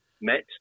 met